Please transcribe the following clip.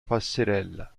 passerella